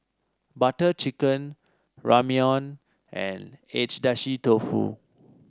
Butter Chicken Ramyeon and Agedashi Dofu